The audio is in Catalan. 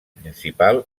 principal